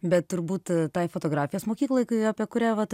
bet turbūt tai fotografijos mokyklai kai apie kurią vat